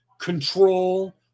control